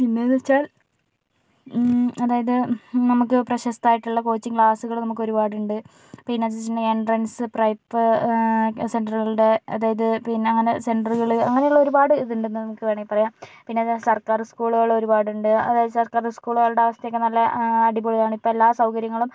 പിന്നെന്നുവെച്ചാൽ അതായത് നമുക്ക് പ്രശസ്ത ആയിട്ടുള്ള കോച്ചിംഗ് ക്ലാസുകൾ നമുക്ക് ഒരുപാടുണ്ട് പിന്നെ എൻട്രൻസ് പ്രൈപ് സെന്ററുകളുടെ അതായത് പിന്നെ അങ്ങനെ സെൻററുകൾ അങ്ങനെയുള്ള ഒരുപാട് ഇത് ഉണ്ടെന്ന് നമുക്ക് വേണമെങ്കി പറയാം പിന്നെ അതേ സർക്കാർ സ്കൂളുകൾ ഒരുപാടുണ്ട് അതായത് സർക്കാർ സ്കൂളുകളുടെ അവസ്ഥ ഒക്കെ നല്ല അടിപൊളിയാണ് ഇപ്പോൾ എല്ലാ സൗകര്യങ്ങളും